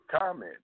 comment